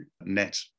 net